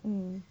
嗯